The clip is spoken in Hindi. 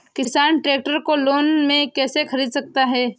किसान ट्रैक्टर को लोन में कैसे ख़रीद सकता है?